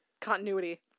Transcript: continuity